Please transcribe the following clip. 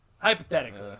Hypothetically